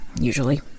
Usually